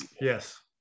Yes